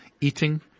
eating